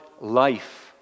life